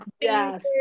Yes